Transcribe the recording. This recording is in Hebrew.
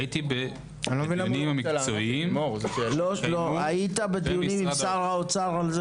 הייתי בדיונים המקצועיים שהתקיימו עם שר האוצר.